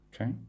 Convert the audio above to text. Okay